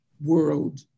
world